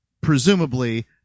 presumably